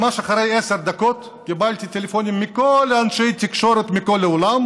ממש אחרי עשר דקות קיבלתי טלפונים מכל אנשי התקשורת מכל העולם